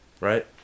Right